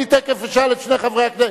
אני תיכף אשאל את שני חברי הכנסת,